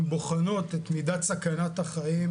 בוחנות את מידת סכנת החיים